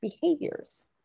behaviors